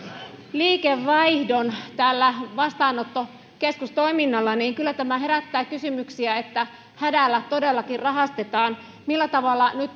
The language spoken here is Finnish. liikevaihdon tällä vastaanottokeskustoiminnallaan niin kyllä tämä herättää kysymyksiä että hädällä todellakin rahastetaan millä tavalla nyt